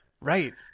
Right